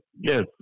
yes